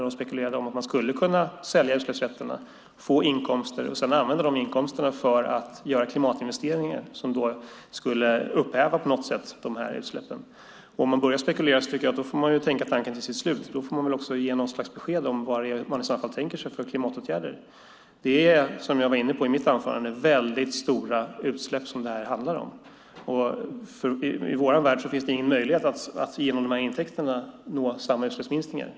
Hon spekulerade om att man skulle kunna sälja utsläppsrätterna, få inkomster och sedan använda inkomsterna till att göra klimatinvesteringar som då på något sätt skulle upphäva utsläppen. Om man börjar spekulera tycker jag att man får tänka tanken till slut. I så fall får man väl också ge något slags besked om vad det är man tänker sig för klimatåtgärder. Det är, som jag var inne på i mitt anförande, väldigt stora utsläpp som det handlar om. I vår värld finns det ingen möjlighet att genom de här intäkterna nå samma utsläppsminskningar.